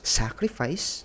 sacrifice